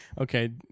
okay